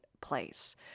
place